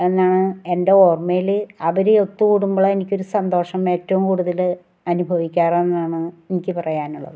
എന്നാണ് എൻ്റെ ഓർമ്മയിൽ അവർ ഒത്തു കൂടുമ്പോഴാണ് എനിക്ക് ഒരു സന്തോഷം ഏറ്റവും കൂട്തൽ അനുഭവിക്കാറ് എന്നാണ് എനിക്ക് പറയാനുള്ളത്